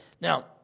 Now